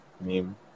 meme